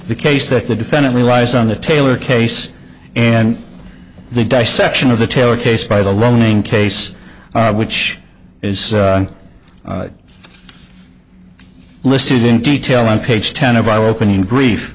the case that the defendant relies on the taylor case and the dissection of the taylor case by the loaning case which is listed in detail on page ten of our opening brief